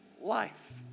life